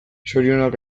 zorionak